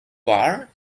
bar